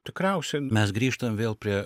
tikriausiai mes grįžtam vėl prie